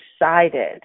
decided